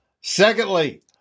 Secondly